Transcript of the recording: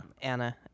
Anna